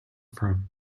from